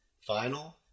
final